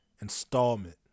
installment